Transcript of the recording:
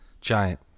Giant